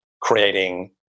creating